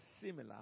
similar